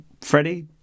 Freddie